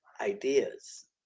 ideas